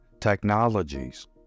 Technologies